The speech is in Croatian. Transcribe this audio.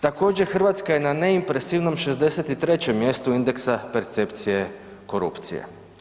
Također, Hrvatska je na neimpresivnom 63. mjestu indeksa percepcije korupcije.